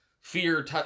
fear